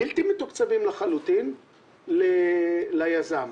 בלתי מתוקצבים לחלוטין, ליזם.